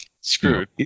screwed